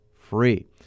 free